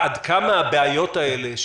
עד כמה הבעיות האלה,